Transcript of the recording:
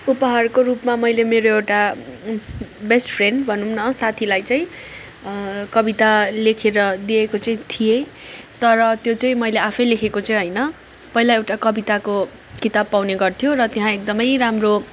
उपहारको रूपमा मैले मेरो एउटा बेस्ट फ्रेन्ड भनौँ न साथीलाई चाहिँ कविता लेखेर दिएको चाहिँ थिएँ तर त्यो चाहिँ मैले आफैँ लेखेको चाहिँ होइन पहिला एउटा कविताको किताब पाउने गर्थ्यो र त्यहाँ एकदम राम्रो